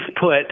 put